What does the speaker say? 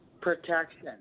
protection